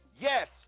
Yes